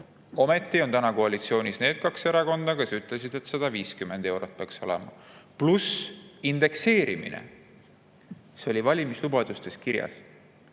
Ometi on täna koalitsioonis need kaks erakonda, kes ütlesid, et see peaks olema 150 eurot, lisaks indekseerimine. See oli valimislubadustes kirjas.